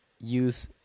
use